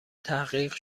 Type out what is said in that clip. تحقیق